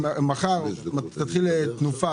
מחר תתחיל "תנופה",